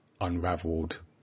unraveled